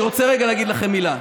אני רוצה רגע להגיד לכם מילה.